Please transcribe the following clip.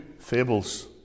fables